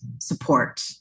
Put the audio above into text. support